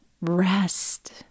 rest